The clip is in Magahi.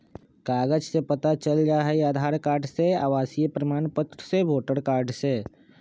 कागज से पता चल जाहई, आधार कार्ड से, आवासीय प्रमाण पत्र से, वोटर कार्ड से?